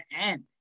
end